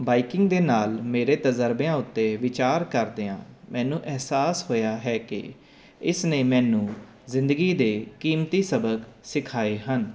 biking ਦੇ ਨਾਲ ਮੇਰੇ ਤਜ਼ਰਬਿਆਂ ਉੱਤੇ ਵਿਚਾਰ ਕਰਦਿਆਂ ਮੈਨੂੰ ਅਹਿਸਾਸ ਹੋਇਆ ਹੈ ਕਿ ਇਸ ਨੇ ਮੈਨੂੰ ਜ਼ਿੰਦਗੀ ਦੇ ਕੀਮਤੀ ਸਬਕ ਸਿਖਾਏ ਹਨ